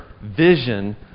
vision